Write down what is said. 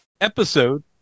Episode